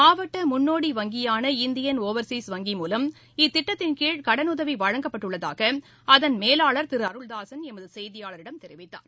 மாவட்ட முன்னோடி வங்கியான இந்தியன் ஓவர்சீஸ் வங்கி மூலம் இத்திட்டத்தின்கீழ் கடனுதவி வழங்கப்பட்டுள்ளதாக அதன் மேலாளர் திரு அருள்தாசன் எமது செய்தியாளரிடம் தெரிவித்தார்